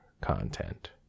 content